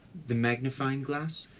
the magnifying glass?